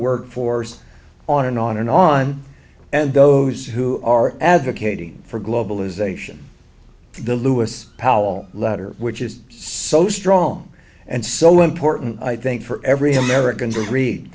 workforce on and on and on and those who are advocating for globalization the lewis powell letter which is so strong and so important i think for every american to read